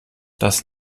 das